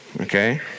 Okay